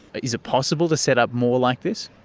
is it possible to set up more like this?